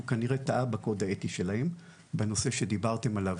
כנראה טעה בקוד האתי שלהם בנושא שדיברתם עליו,